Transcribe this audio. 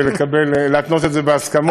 להתנות את זה בהסכמות,